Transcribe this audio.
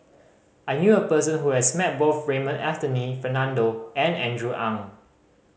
I knew a person who has met both Raymond Anthony Fernando and Andrew Ang